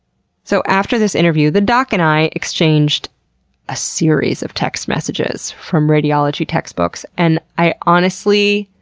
so after this interview, the doc and i exchanged a series of text messages from radiology textbooks and i honestly,